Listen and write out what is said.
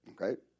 Okay